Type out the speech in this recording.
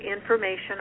information